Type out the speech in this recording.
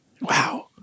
Wow